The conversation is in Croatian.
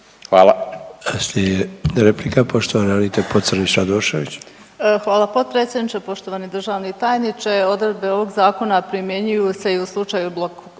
Hvala.